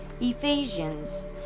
ephesians